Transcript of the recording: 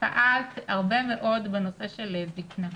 פעלת הרבה מאוד בנושא של זיקנה.